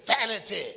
vanity